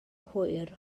hwyr